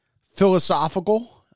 philosophical